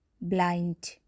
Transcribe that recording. blind